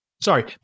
Sorry